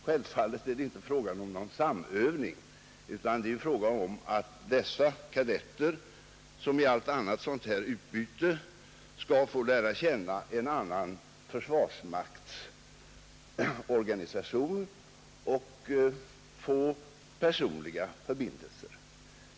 Självfallet är det inte fråga om någon samövning utan det är fråga om att som i allt annat sådant utbyte dessa kadetter skall få lära känna en annan försvarsmakts organisation och få personliga förbindelser.